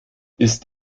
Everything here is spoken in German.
ist